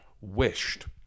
wished